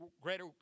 greater